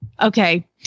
Okay